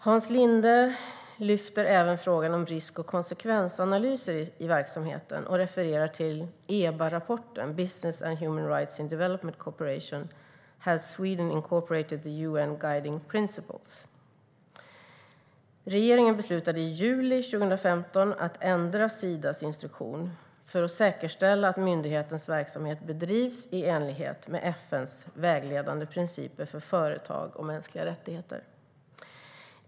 Hans Linde tar även upp frågan om risk och konsekvensanalyser i verksamheten och refererar till EBA-rapporten Business and Human Rights in Development Cooperation - has Sweden incorporated the UN Guiding Principles? Regeringen beslutade i juli 2015 att ändra Sidas instruktion för att säkerställa att myndighetens verksamhet bedrivs i enlighet med FN:s vägledande principer för företag och mänskliga rättigheter.